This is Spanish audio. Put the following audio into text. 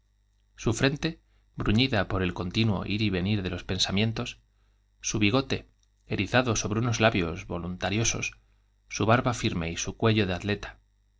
su frente y de los pensa bruñida por el continuo ir y venir voluntamientos su bigote erizado sobre unos labios riosos s barba firme y su cuello de atleta